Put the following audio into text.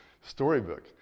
storybook